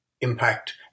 impact